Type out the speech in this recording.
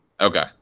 Okay